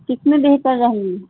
کتنے بہتر رہیں گے